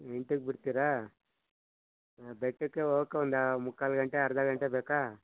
ಎಂಟಕ್ಕೆ ಬಿಡ್ತೀರಾ ಹಾಂ ಬೆಟ್ಟಕ್ಕೆ ಹೋಗಕ್ಕೆ ಒಂದು ಮುಕ್ಕಾಲು ಗಂಟೆ ಅರ್ಧ ಗಂಟೆ ಬೇಕಾ